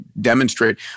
demonstrate